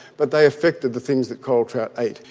but they affected the things that coral trout ate.